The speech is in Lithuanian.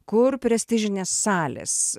kur prestižinės salės